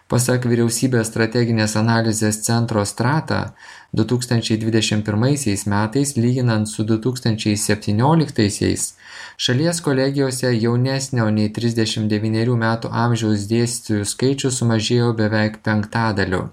pasak vyriausybės strateginės analizės centro strata du tūkstančiai dvidešimt pirmaisiais metais lyginant su du tūkstančiai septynioliktaisiais šalies kolegijose jaunesnio nei trisdešim devynerių metų amžiaus dėstytojų skaičius sumažėjo beveik penktadaliu